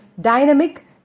Dynamic